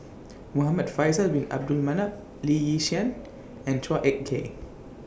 Muhamad Faisal Bin Abdul Manap Lee Yi Shyan and Chua Ek Kay